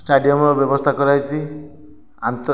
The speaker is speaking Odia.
ଷ୍ଟାଡ଼ିୟମ ର ବ୍ୟବସ୍ତା କରାଯାଇଛି